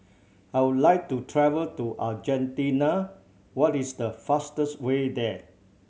I would like to travel to Argentina what is the fastest way there